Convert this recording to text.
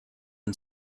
and